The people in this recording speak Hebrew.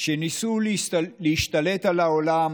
שניסו להשתלט על העולם